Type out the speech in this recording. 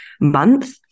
Month